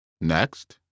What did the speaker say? Next